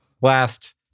last